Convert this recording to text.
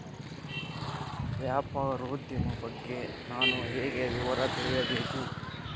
ವ್ಯಾಪಾರೋದ್ಯಮ ಬಗ್ಗೆ ನಾನು ಹೇಗೆ ವಿವರ ತಿಳಿಯಬೇಕು?